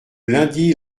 lundi